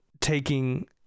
taking